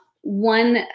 One